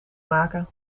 maken